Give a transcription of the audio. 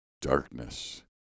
darkness